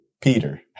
Peter